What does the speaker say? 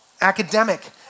academic